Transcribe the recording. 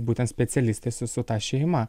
būtent specialistais su su ta šeima